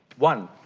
one,